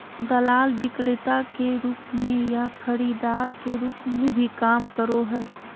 दलाल विक्रेता के रूप में या खरीदार के रूप में भी काम करो हइ